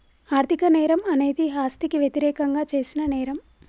ఆర్థిక నేరం అనేది ఆస్తికి వ్యతిరేకంగా చేసిన నేరం